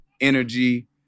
energy